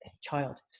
child